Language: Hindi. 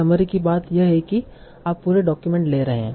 समरी की बात यह है कि आप पूरे डॉक्यूमेंट ले रहे हैं